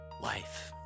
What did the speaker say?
life